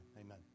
amen